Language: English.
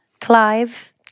Clive